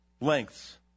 lengths